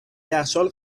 یخچال